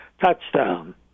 touchdown